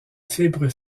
fibres